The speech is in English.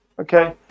Okay